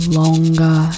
longer